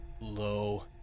low